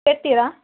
ಕಟ್ಟುತ್ತೀರ